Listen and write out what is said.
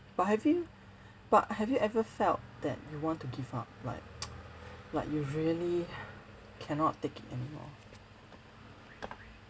but have you but have you ever felt that you want to give up like like you really cannot take it anymore